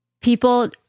people